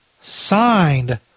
signed